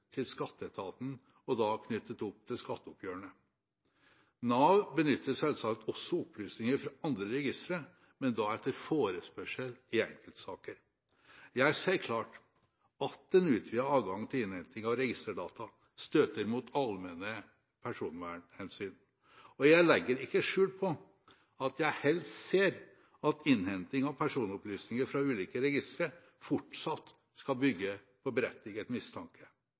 til skatteetaten, og da knyttet opp til skatteoppgjørene. Nav benytter selvsagt også opplysninger fra andre registre, men da etter forespørsel i enkeltsaker. Jeg ser klart at en utvidet adgang til innhenting av registerdata støter mot allmenne personvernhensyn, og jeg legger ikke skjul på at jeg helst ser at innhenting av personopplysninger fra ulike registre fortsatt skal bygge på berettiget mistanke.